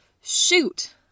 shoot